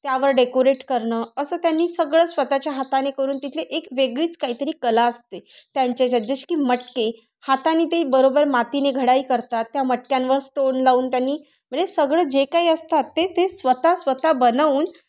त्यावर डेकोरेट करणं असं त्यांनी सगळं स्वतःच्या हाताने करून तिथली एक वेगळीच काही तरी कला असते त्यांच्या जत जसे की मटके हातानी ते बरोबर मातीने घडाई करतात त्या मटक्यांवर स्टोन लावून त्यांनी म्हणजे सगळं जे काही असतात ते ते स्वतः स्वतः बनवून